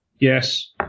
Yes